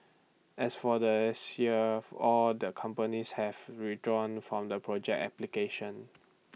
as for this year all the companies had withdrawn from the project application